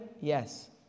Yes